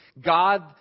God